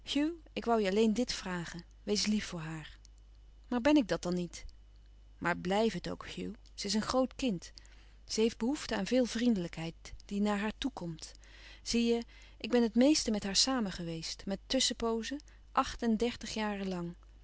ik woû je alleen dit vragen wees lief voor haar maar ben ik dat dan niet maar blijf het ook hugh ze is een groot kind ze heeft belouis couperus van oude menschen de dingen die voorbij gaan hoefte aan veel vriendelijkheid die naar haar toekomt zie je ik ben het meeste met haar samen geweest met tusschenpoozen acht-en-dertig